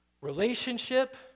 relationship